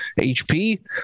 hp